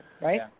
right